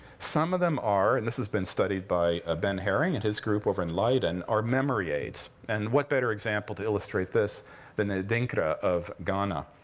some of them are and this has been studied by ah ben haring and his group over in leiden are memory aids. and what better example to illustrate this than adinkra of ghana.